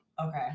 okay